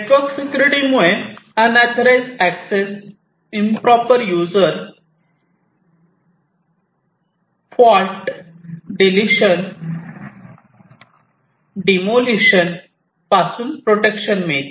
network security मुळे unauthorised access improper use fault deletion demolition पासून protection मिळते